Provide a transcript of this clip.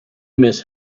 miss